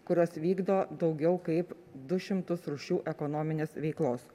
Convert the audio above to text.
kurios vykdo daugiau kaip du šimtus rūšių ekonominės veiklos